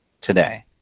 today